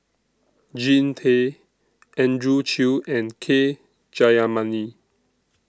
Jean Tay Andrew Chew and K Jayamani